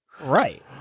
Right